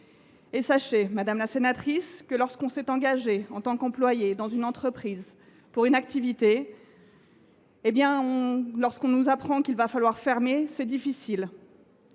Sachez, madame la sénatrice, que lorsqu’on s’est engagé, en tant qu’employé d’une entreprise, pour une activité, et que l’on apprend qu’il va falloir fermer, c’est difficile.